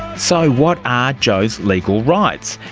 so what are jo's legal rights?